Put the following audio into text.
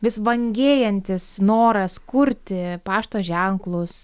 vis vangėjantis noras kurti pašto ženklus